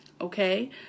okay